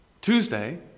Tuesday